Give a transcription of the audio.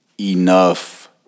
enough